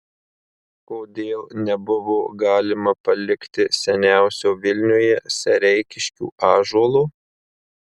kodėl nebuvo galima palikti seniausio vilniuje sereikiškių ąžuolo